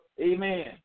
amen